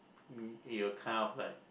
it will kind of like